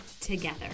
together